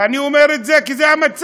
ואני אומר את זה כי זה המצב,